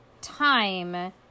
time